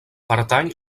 pertany